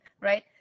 right